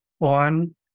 on